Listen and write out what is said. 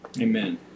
Amen